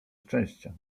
szczęścia